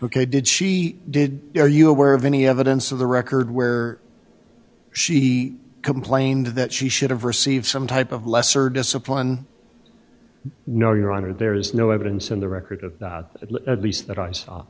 ok did she did you are you aware of any evidence of the record where she complained that she should have received some type of lesser discipline no your honor there is no evidence in the record of at least that i